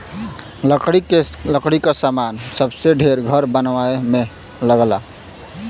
लकड़ी क सामान सबसे ढेर घर बनवाए में लगला